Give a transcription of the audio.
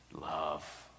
love